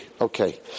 Okay